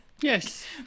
Yes